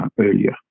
earlier